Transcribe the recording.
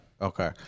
Okay